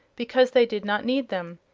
because they did not need them,